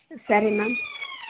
ಸರಿ ಮ್ಯಾಮ್